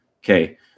okay